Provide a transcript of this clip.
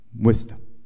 wisdom